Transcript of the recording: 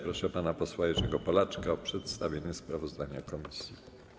Proszę pana posła Jerzego Polaczka o przedstawienie sprawozdania komisji.